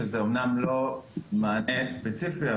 שזה אמנם לא מענה ספציפי,